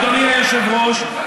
אדוני היושב-ראש,